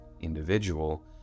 individual